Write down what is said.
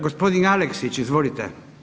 Gospodin Aleksić, izvolite.